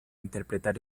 interpretar